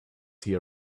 tea